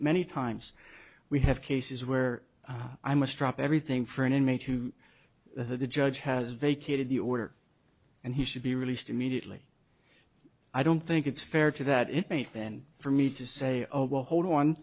many times we have cases where i'm a strop everything for an inmate who the judge has vacated the order and he should be released immediately i don't think it's fair to that it ain't then for me to say oh well hold on